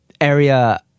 area